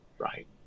right